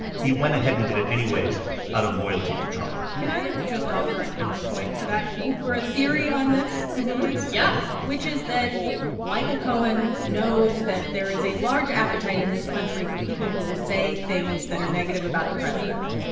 he went ahead and did it anyways out of loyalty to trump can i just offer a counterpoint to that or a theory on this, at least? yeah which is that michael cohen knows that there is a large appetite in this country for people who will say things that are negative about the president.